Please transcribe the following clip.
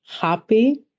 happy